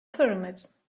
pyramids